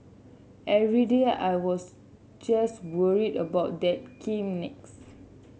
every day I was just worried about that came next